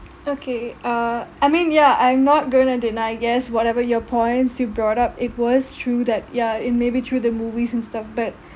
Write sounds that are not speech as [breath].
okay uh I mean ya I'm not going to deny yes whatever your points you brought up it was true that yeah it may be true the movies and stuff but [breath]